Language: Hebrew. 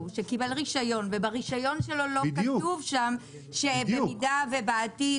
שקיבל רישיון וברישיון שלו לא כתוב שבמידה ובעתיד